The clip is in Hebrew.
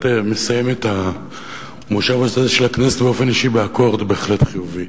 באופן אישי אני בהחלט מסיים את המושב הזה של הכנסת באקורד בהחלט חיובי,